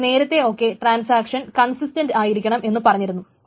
നമ്മൾ നേരത്തെ ഒക്കെ ട്രാൻസാക്ഷൻ കൺസിസ്റ്റൻറ് ആയിരിക്കണം എന്ന് പറഞ്ഞിരുന്നു